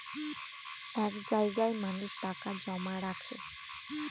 এক জায়গায় মানুষ টাকা জমা রাখে